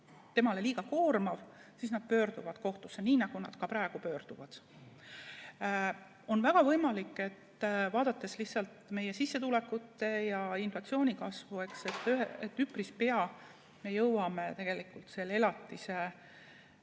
temale liiga koormav, siis ta pöördub kohtusse, nii nagu ta ka praegu pöördub. On väga võimalik, vaadates lihtsalt meie sissetulekute ja inflatsiooni kasvu, et üpris pea me jõuame tegelikult elatise